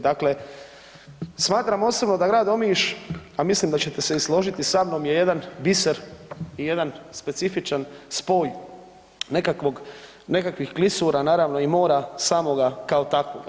Dakle, smatram osobno da grad Omiš, a mislim da ćete se i složiti sa mnom, je jedan biser i jedan specifičan spoj nekakvog, nekakvih klisura, naravno i mora, samoga, kao takvoga.